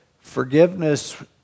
forgiveness